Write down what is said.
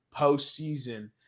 postseason